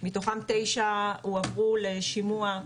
מתוכם 9 הועברו לשימוע.